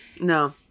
No